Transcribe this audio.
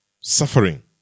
suffering